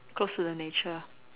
close to the nature